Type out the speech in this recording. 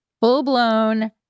Full-blown